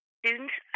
students